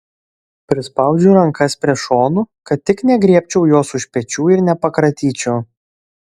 prispaudžiu rankas prie šonų kad tik negriebčiau jos už pečių ir nepakratyčiau